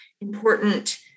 important